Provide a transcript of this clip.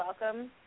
welcome